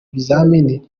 bizamini